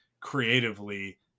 Creatively